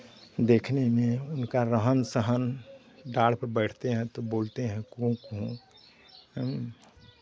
देखने में उनका रहन सहन डाल पर बैठते हैं तो बोलते हैं कूँ कूँ